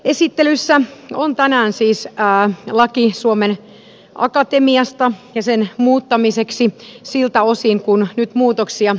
esittelyssä on tänään siis laki suomen akatemiasta ja esitys sen muuttamiseksi siltä osin kuin nyt muutoksia tehdään